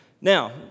Now